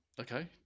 Okay